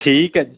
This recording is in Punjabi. ਠੀਕ ਹੈ ਜੀ